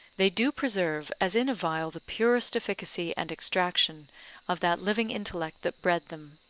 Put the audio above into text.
they do preserve as in a vial the purest efficacy and extraction of that living intellect that bred them.